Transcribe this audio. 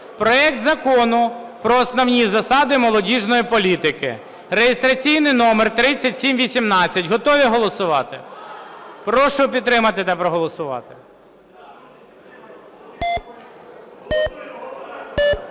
проект Закону про основні засади молодіжної політики (реєстраційний номер 3718). Готові голосувати? Прошу підтримати та проголосувати.